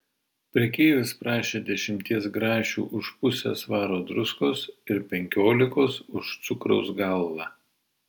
prekeivis prašė dešimties grašių už pusę svaro druskos ir penkiolikos už cukraus galvą